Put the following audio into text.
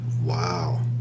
Wow